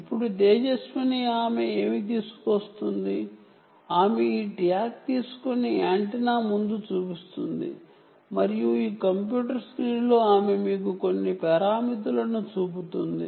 ఇప్పుడు తేజస్విని ఏమి చేస్తుందంటే ఆమె ఈ ట్యాగ్ తీసుకొని ఈ యాంటెన్నా ముందు చూపిస్తుంది మరియు ఈ కంప్యూటర్ స్క్రీన్లో ఆమె మీకు కొన్ని పారామితులను చూపుతుంది